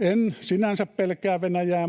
En sinänsä pelkää Venäjää,